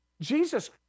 jesus